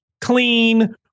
clean